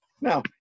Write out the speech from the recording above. Now